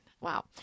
Wow